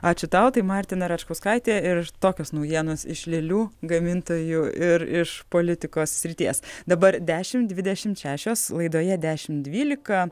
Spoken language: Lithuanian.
ačiū tau tai martina račkauskaitė ir tokios naujienos iš lėlių gamintojų ir iš politikos srities dabar dešim dvidešimt šešios laidoje dešim dvylika